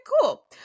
cool